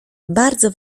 bardzo